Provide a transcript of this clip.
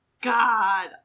God